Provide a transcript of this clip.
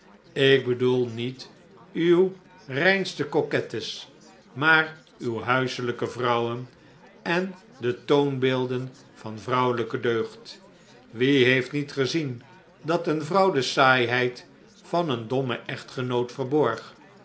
ik bedoel niet uw reinste coquettes maar uw huiselijke vrouwen en de toonbeelden van vrouwelijke deugd wie heeft niet gezien dat een vrouw de saaiheid van een dommen echtgenoot verborg